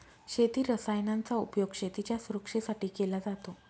शेती रसायनांचा उपयोग शेतीच्या सुरक्षेसाठी केला जातो